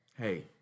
Hey